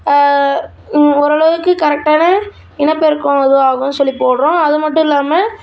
ஓரளவுக்கு கரெக்டான இனப்பெருக்கம் இதுவாகும் சொல்லி போடுறோம் அது மட்டும் இல்லாமல்